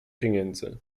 pieniędzy